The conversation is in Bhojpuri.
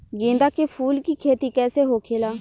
गेंदा के फूल की खेती कैसे होखेला?